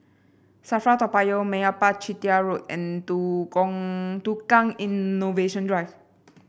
Safra Toa Payoh Meyappa Chettiar Road and Tukang Innovation Drive